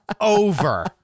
over